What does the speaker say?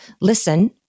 listen